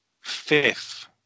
fifth